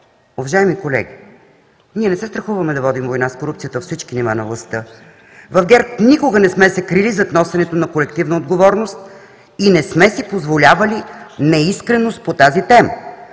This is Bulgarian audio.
Уважаеми колеги, ние не се страхуваме да водим война с корупцията във всички нива на властта. В ГЕРБ никога не сме се крили зад носенето на колективна отговорност и не сме си позволявали неискреност по тази тема.